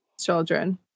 children